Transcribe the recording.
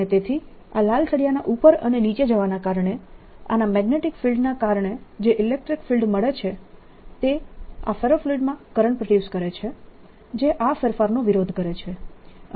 અને તેથી આ લાલ સળિયાના ઉપર અને નીચે જવાના કારણે આના મેગ્નેટીક ફિલ્ડના કારણે જે ઇલેક્ટ્રીક ફિલ્ડ મળે છે તે આ ફેરોફ્લુઇડમાં કરંટ પ્રોડ્યુસ કરે છે જે આ ફેરફારનો વિરોધ કરે છે